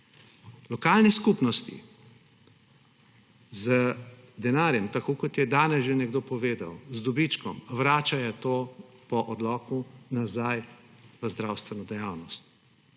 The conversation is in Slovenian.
Lokalne skupnosti z denarjem tako, kot je danes že nekdo povedal, z dobičkom vračajo to po odloku nazaj v zdravstveno dejavnost